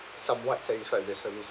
somewhat satisfied with their service